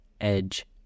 edge